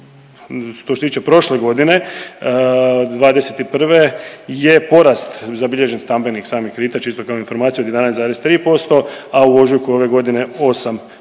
dan što se tiče prošle godine 2021. je porast zabilježen stambenih samih kredita čisto kao informaciju od 11,3% a u ožujku ove godine 8%.